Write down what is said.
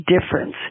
difference